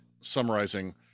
summarizing